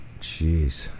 Jeez